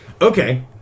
okay